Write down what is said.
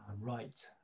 Right